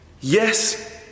yes